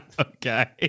Okay